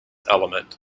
element